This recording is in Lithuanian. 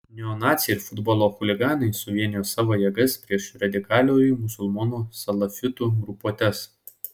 neonaciai ir futbolo chuliganai suvienijo savo jėgas prieš radikaliųjų musulmonų salafitų grupuotes